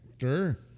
sure